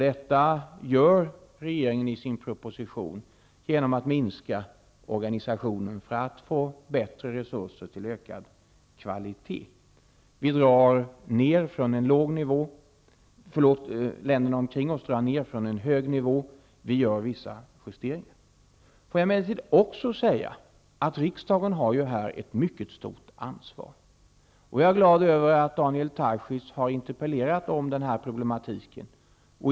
Detta gör regeringen i propositionen genom att föreslå en minskning av organisationen för att få bättre resurser till ökad kvalitet. Länderna omkring oss drar ned anslagen från en hög nivå, men vi gör vissa justeringar. Riksdagen har här ett stort ansvar. Jag är glad över att Daniel Tarschys har interpellerat om problemet.